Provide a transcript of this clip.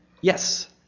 Yes